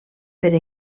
per